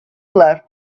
left